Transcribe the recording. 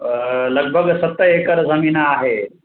लॻभॻि सत एकड़ ज़मीन आहे